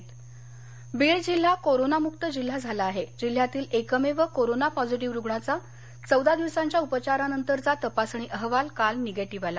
बीड बीड जिल्हा हा कोरोना मुक्त जिल्हा झाला आहे जिल्ह्यातील एकमेव कोरोना पॉझीटिव्ह रूग्णांचा चौदा दिवसांच्या उपचारानंतर तपासणीचा अहवाल काल निगेटिव्ह आला